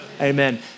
Amen